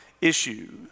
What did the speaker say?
issue